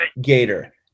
gator